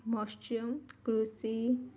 ମତ୍ସ୍ୟ କୃଷି